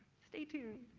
stay tuned.